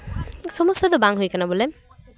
ᱥᱚᱢᱚᱥᱥᱟ ᱫᱚ ᱵᱟᱝ ᱦᱩᱭ ᱠᱟᱱᱟ ᱵᱚᱞᱮ